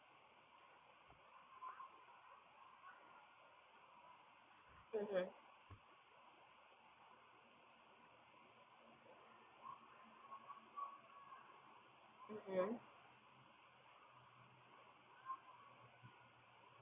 mmhmm mmhmm